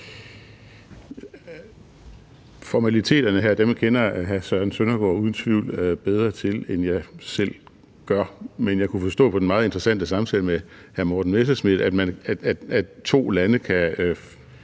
Formaliteterne her kender hr. Søren Søndergaard uden tvivl bedre, end jeg selv gør. Men jeg kunne forstå på den meget interessante samtale med hr. Morten Messerschmidt, at to lande kan